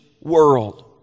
world